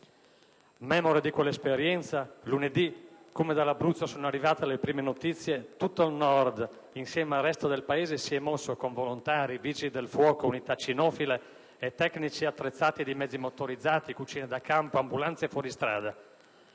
Memore di quell'esperienza, lunedì, appena dall'Abruzzo sono arrivate le prime notizie, tutto il Nord insieme al resto del Paese si è mosso con volontari, Vigili del fuoco, unità cinofile e tecnici attrezzati di mezzi motorizzati, cucine da campo, ambulanze e fuoristrada,